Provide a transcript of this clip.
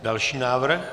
Další návrh?